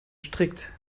strikt